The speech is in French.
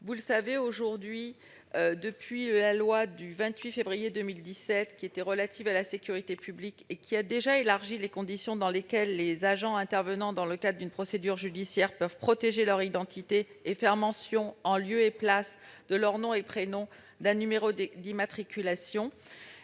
sous certaines conditions. La loi du 28 février 2017 relative à la sécurité publique a élargi les conditions dans lesquelles les agents intervenant dans le cadre d'une procédure judiciaire peuvent protéger leur identité et faire mention, en lieu et place de leurs nom et prénom, d'un numéro d'immatriculation.